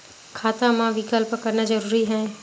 खाता मा विकल्प करना जरूरी है?